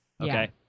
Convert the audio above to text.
Okay